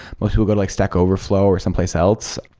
most people go to like stack overflor or someplace else.